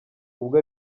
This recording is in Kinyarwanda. ubwo